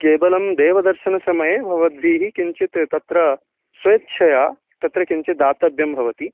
केवलं देवदर्शनसमये भवद्भिः किञ्चित् तत्र स्वेच्छया तत्र किञ्चिद्दातव्यं भवति